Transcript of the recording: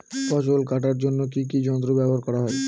ফসল কাটার জন্য কি কি যন্ত্র ব্যাবহার করা হয়?